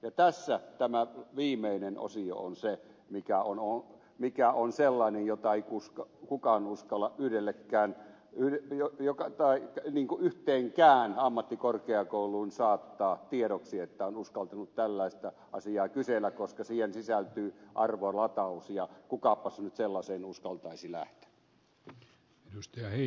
ja tässä tämä viimeinen osio on se mikä on sellainen jota ei kukaan uskalla yhdellekään yli joka tai niinku yhteenkään ammattikorkeakouluun saattaa tiedoksi että on uskaltanut tällaista asiaa kysellä koska siihen sisältyy arvolataus ja kukapas nyt sellaiseen uskaltaisi lähteä